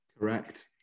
Correct